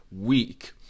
week